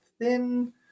thin